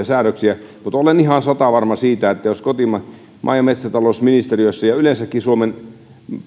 säädöksiä niin olen ihan satavarma siitä että jos maa ja metsätalousministeriössä ja yleensäkin suomen